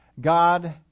God